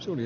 se oli